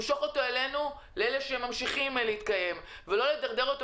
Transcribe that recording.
צורך למשוך אותו כך שהוא יוכל להמשיך להתקיים ולא לדרדר אותו